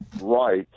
right